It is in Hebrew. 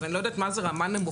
אני לא יודעת מה זאת רמה נמוכה.